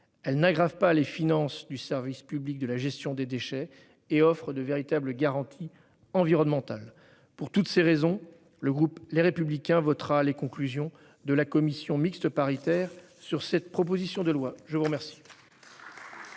Elle n'aggrave pas les finances du service public de gestion des déchets et offre de véritables garanties environnementales. Pour toutes ces raisons, le groupe Les Républicains votera les conclusions de la commission mixte paritaire sur cette proposition de loi. La parole